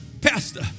pastor